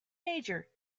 major